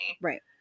right